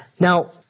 Now